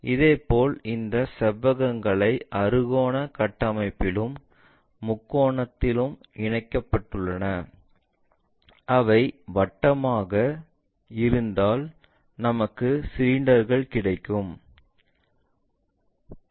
இதேபோல் இந்த செவ்வகங்கள் அறுகோண கட்டமைப்பிலும் எண்கோணத்திலும் இணைக்கப்பட்டுள்ளன அது வட்டமாக இருந்தால் நமக்கு சிலிண்டர்கள் கிடைக்கும்